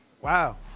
Wow